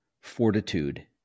fortitude